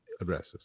addresses